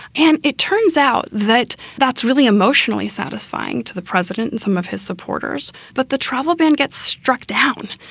and it turns out that that's really emotionally satisfying to the president and some of his supporters. but the travel ban gets struck down.